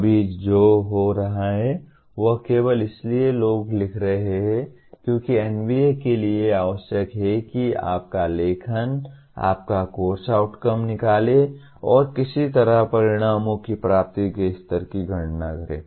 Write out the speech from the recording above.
अभी जो हो रहा है वह केवल इसलिए लोग लिख रहे हैं क्योंकि NBA के लिए आवश्यक है कि आपका लेखन आपका कोर्स आउटकम निकाले और किसी तरह परिणामों की प्राप्ति के स्तर की गणना करें